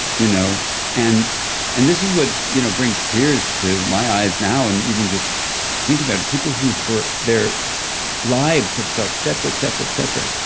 you know and and this is what you know brings tears to my eyes now, and even just thinking about it. people who, for their lives, have felt separate, separate, separate.